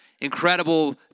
incredible